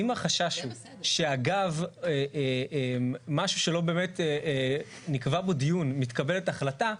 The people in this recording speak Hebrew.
אם החשש הוא שאגב משהו שלא באמת נקבע בו דיון מתקבלת החלטה,